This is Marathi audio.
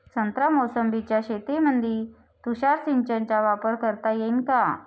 संत्रा मोसंबीच्या शेतामंदी तुषार सिंचनचा वापर करता येईन का?